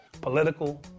political